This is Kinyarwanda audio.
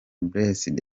blessed